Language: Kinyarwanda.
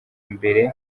mbere